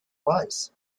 was